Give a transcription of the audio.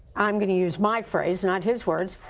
i'm going to use my phrase, not his words,